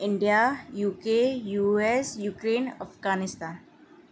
India U K U S Ukraine Afghanistan